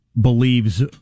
believes